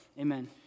amen